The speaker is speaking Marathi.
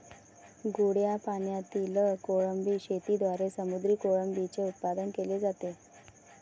गोड्या पाण्यातील कोळंबी शेतीद्वारे समुद्री कोळंबीचे उत्पादन केले जाते